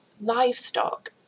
livestock